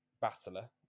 battler